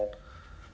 oh